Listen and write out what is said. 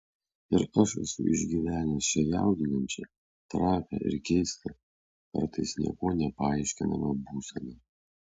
ir aš esu išgyvenęs šią jaudinančią trapią ir keistą kartais niekuo nepaaiškinamą būseną